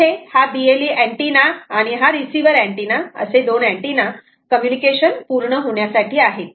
इथे हा BLE antenna आणि हा रिसिवर अँटिना असे दोन अँटिना पूर्ण होण्यासाठी आहेत